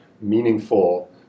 meaningful